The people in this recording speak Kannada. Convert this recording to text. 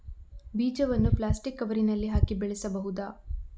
ಬೀಜವನ್ನು ಪ್ಲಾಸ್ಟಿಕ್ ಕವರಿನಲ್ಲಿ ಹಾಕಿ ಬೆಳೆಸುವುದಾ?